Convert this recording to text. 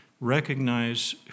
recognize